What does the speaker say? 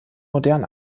modern